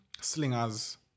Slingers